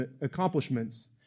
accomplishments